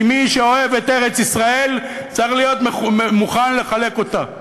כי מי שאוהב את ארץ-ישראל צריך להיות מוכן לחלק אותה.